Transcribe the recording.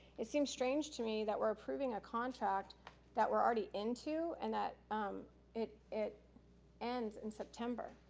it seems strange to me that we're approving a contract that we're already into, and that um it it ends in september.